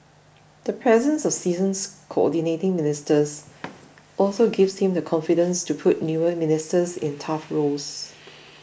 the presence of seasons Coordinating Ministers also gives him the confidence to put newer ministers in tough roles